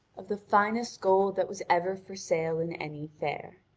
of the finest gold that was ever for sale in any fair.